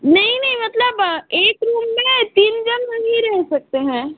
नहीं नहीं मतलब एक रूम में तीन जन नहीं रहे सकते हैं